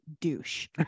douche